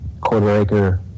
quarter-acre